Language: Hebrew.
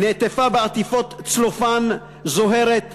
נעטפה בעטיפת צלופן זוהרת ומרשרשת.